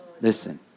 Listen